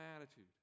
attitude